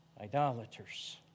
idolaters